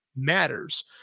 matters